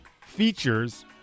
features